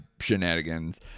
shenanigans